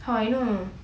how I know